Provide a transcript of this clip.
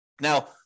Now